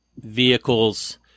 vehicles